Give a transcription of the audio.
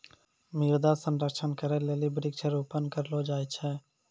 मृदा संरक्षण करै लेली वृक्षारोपण करलो जाय छै